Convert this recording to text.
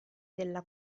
della